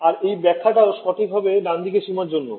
আর এই ব্যখ্যা টাও সঠিক হবে ডান দিকের সীমানার জন্যও